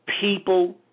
People